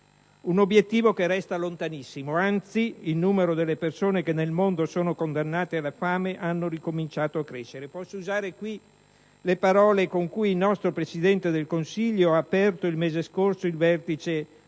Un obiettivo che resta lontanissimo; anzi, il numero delle persone che nel mondo sono condannate alla fame ha ricominciato a crescere. Posso usare qui le parole con cui il nostro Presidente del Consiglio ha aperto il mese scorso il Vertice mondiale